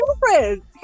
girlfriends